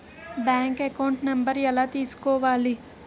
Bank account number ఎలా తీసుకోవాలి?